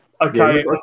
okay